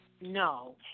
no